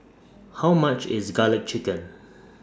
How much IS Garlic Chicken